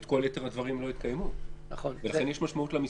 וכל יתר הדברים לא יתקיימו, לכן יש משמעות למספר.